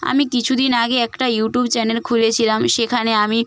আমি কিছু দিন আগে একটা ইউটিউব চ্যানেল খুলেছিলাম সেখানে আমি